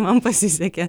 man pasisekė